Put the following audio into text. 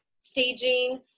staging